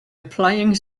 applying